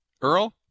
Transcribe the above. Earl